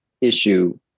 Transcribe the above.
issue